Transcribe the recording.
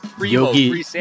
Yogi